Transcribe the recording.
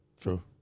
True